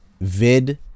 vid